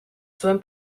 zuen